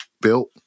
built